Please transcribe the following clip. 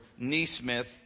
Neesmith